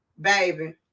baby